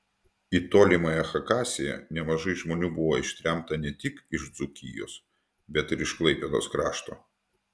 į tolimąją chakasiją nemažai žmonių buvo ištremta ne tik iš dzūkijos bet ir iš klaipėdos krašto